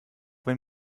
wenn